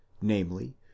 namely